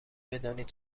بدانید